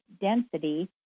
density